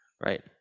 Right